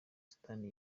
sudani